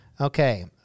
Okay